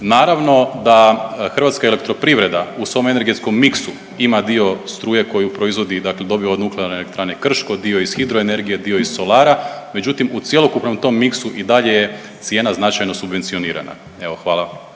Naravno da Hrvatska elektroprivreda u svom energetskom miksu ima dio struje koju proizvodi, dakle dobiva od nuklearne elektrane Krško, dio iz hidro energije, dio iz solara. Međutim u cjelokupnom tom miksu i dalje je cijena značajno subvencionirana. Evo hvala.